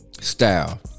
style